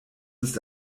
ist